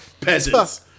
Peasants